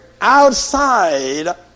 outside